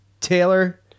Taylor